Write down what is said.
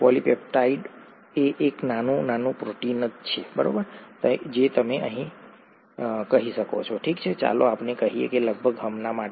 polypeptide એ એક નાનું નાનું પ્રોટીન છે જે તમે કહી શકો ઠીક છે ચાલો આપણે કહીએ કે લગભગ હમણાં માટે